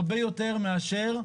הרבה יותר מאשר,